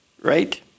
Right